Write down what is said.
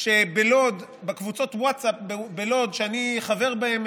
כשבלוד בקבוצות ווטסאפ שאני חבר בהן,